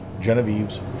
Genevieve's